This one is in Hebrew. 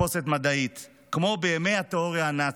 בתחפושת מדעית, כמו בימי התיאוריה הנאצית.